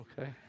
okay